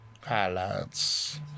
Highlights